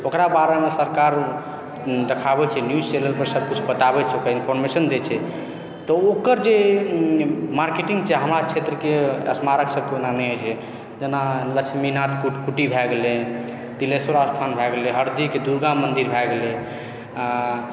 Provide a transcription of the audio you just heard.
ओकरा बारेमे सरकार देखाबैत छै न्यूजचैनलपर सभकिछु बताबैत छै ओकर इन्फार्मेशन दैत छै तऽ ओकर जे मार्केटिंग छै हमरा क्षेत्रके स्मारक सभके ओना नहि होइत छै जेना लक्ष्मीनाथ कुट कुटी भै गेलय तिलेशर स्थान भै गेलय हरदीके दुर्गा मन्दिर भै गेलय आ